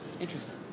Interesting